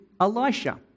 Elisha